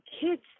kids